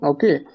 Okay